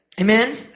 Amen